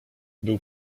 był